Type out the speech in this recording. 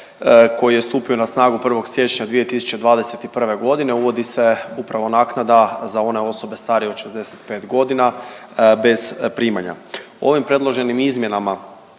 koji je stupio na snagu 1. siječnja 2021. godine uvodu se upravo naknada za one osobe starije od 65 godina bez primanja. Ovim predloženim izmjenama